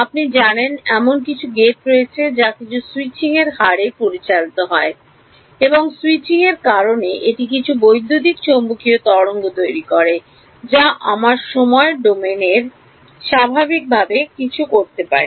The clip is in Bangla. আপনি জানেন এমন কিছু গেট রয়েছে যা কিছু স্যুইচিং হারে পরিচালিত হয় এবং স্যুইচিংয়ের কারণে এটি কিছু বৈদ্যুতিক চৌম্বকীয় তরঙ্গ তৈরি করে যা আমরা সময় ডোমেনে স্বাভাবিকভাবে কিছু করি